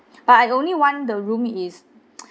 but I only want the room is